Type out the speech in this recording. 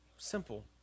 Simple